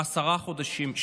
עשרה חודשים,